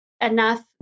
enough